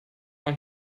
man